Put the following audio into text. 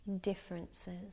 differences